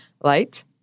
Light